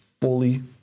fully